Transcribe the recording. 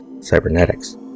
cybernetics